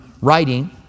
writing